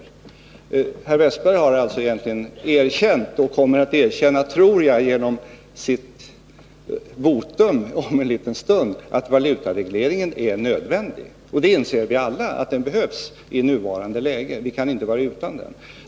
Olle Wästberg har egentligen erkänt och kommer att erkänna, tror jag, genom sitt votum om en liten stund att valutaregleringen är nödvändig. Och vi inser alla att den behövs i nuvarande läge — vi kan inte vara utan den.